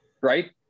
Right